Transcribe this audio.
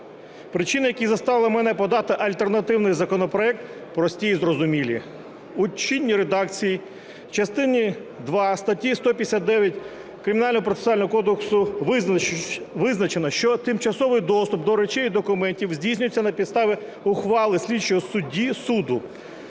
Причини, які заставили мене подати альтернативний законопроект, прості і зрозумілі. У чинній редакції в частині два статті 159 Кримінального процесуального кодексу визначено, що тимчасовий доступ до речей і документів здійснюється на підставі ухвали слідчого судді суду.